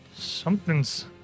something's